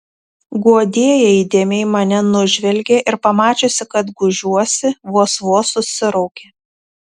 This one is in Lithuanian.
guodėja įdėmiai mane nužvelgė ir pamačiusi kad gūžiuosi vos vos susiraukė